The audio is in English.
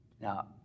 Now